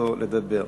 זכותו לדבר.